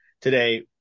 Today